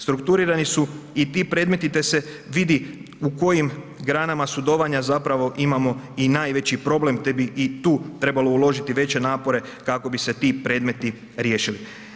Strukturirani su i ti predmeti te se vidi u kojim granama sudovanja zapravo imamo i najveći problem te bi i tu trebalo uložiti veće napore kako bi se ti predmeti riješili.